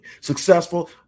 successful